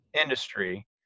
industry